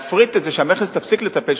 להפריט את זה, שהמכס יפסיק לטפל.